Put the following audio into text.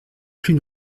plus